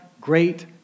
great